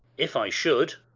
if i should?